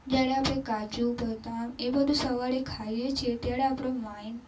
જ્યારે આપણે કાજુ બદામ એ બધું સવારે ખાઈએ છીએ ત્યારે આપણો માઈન્ડ